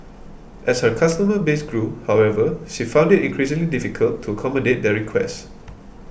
as her customer base grew however she found it increasingly difficult to accommodate their requests